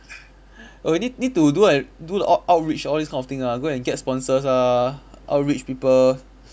oh you need need to do a do the out~ outreach all this kind of things ah go and get sponsors ah outreach people